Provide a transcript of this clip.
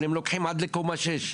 אבל הם לוקחים עד לקומה שש.